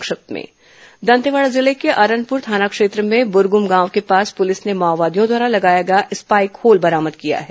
संक्षिप्त समाचार दंतेवाड़ा जिले के अरनपुर थाना क्षेत्र में ब्रग्म गांव के पास पुलिस ने माओवादियों द्वारा लगाया गया स्पाइक होल बरामद किया है